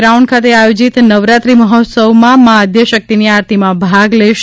ground ખાતે આયોજીત નવરાત્રિ મહોત્સવમાં મા આદ્યશક્તિની આરતીમાં ભાગ લેશે